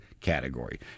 category